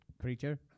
Creature